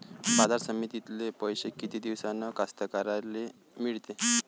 बाजार समितीतले पैशे किती दिवसानं कास्तकाराइले मिळते?